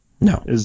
No